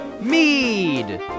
Mead